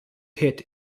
pitt